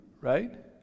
right